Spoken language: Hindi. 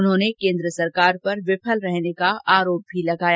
उन्होंने केन्द्र सरकार पर विफल रहने का आरोप भी लगाया